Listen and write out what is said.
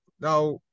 Now